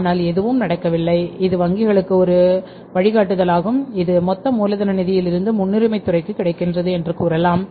ஆனால் எதுவும் நடக்கவில்லை இது வங்கிகளுக்கு ஒரு வழிகாட்டுதலாகும் இது மொத்த மூலதன நிதியிலிருந்து முன்னுரிமைத் துறைக்கு கிடைக்கிறதுஎன்று கூறலாம்